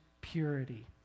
purity